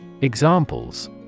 Examples